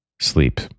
sleep